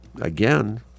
again